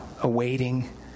awaiting